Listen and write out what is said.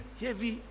heavy